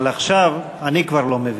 אבל עכשיו אני כבר לא מבין.